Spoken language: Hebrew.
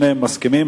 שניהם מסכימים,